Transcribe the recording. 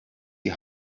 die